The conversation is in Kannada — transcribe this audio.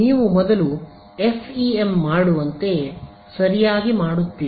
ನೀವು ಮೊದಲು ಎಫ್ಇಎಂ ಮಾಡುವಂತೆಯೇ ಸರಿಯಾಗಿ ಮಾಡುತ್ತೀರಿ